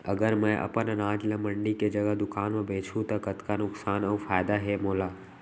अगर मैं अपन अनाज ला मंडी के जगह दुकान म बेचहूँ त कतका नुकसान अऊ फायदा हे मोला?